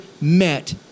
met